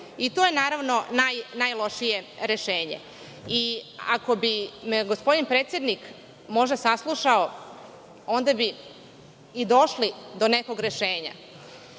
To je naravno najlošije rešenje. Ako bi me gospodin predsednik možda saslušao onda bi i došli do nekog rešenja.